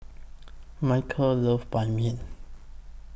Michael loves Ban Mian